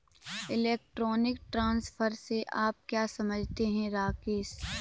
Electronic transfer से आप क्या समझते हैं, राकेश?